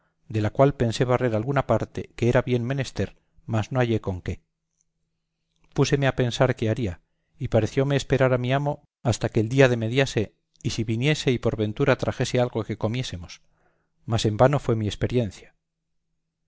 de la cual pensé barrer alguna parte que era bien menester mas no hallé con qué púseme a pensar qué haría y parecióme esperar a mi amo hasta que el día demediase y si viniese y por ventura trajese algo que comiésemos mas en vano fue mi experiencia